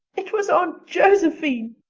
it was aunt josephine,